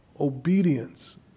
obedience